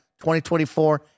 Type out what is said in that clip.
2024